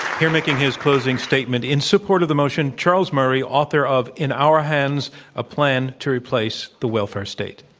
here making his closing statement in support of the motion, charles murray, author of in our hands a plan to replace the welfare state.